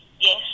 yes